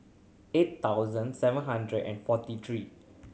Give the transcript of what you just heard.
eight thousand seven hundred and forty three